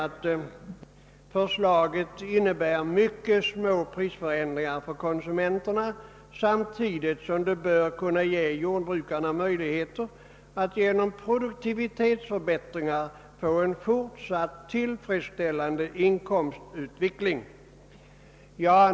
att förslaget innebär mycket små prisförändringar för konsumenterna, samtidigt som det bör kunna ge jordbrukarna möjligheter att genom produktivitetsförbättringar få en fortsatt tillfredsställande inkomstutveckling.